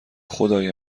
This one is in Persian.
خدای